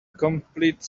complete